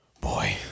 Boy